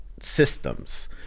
systems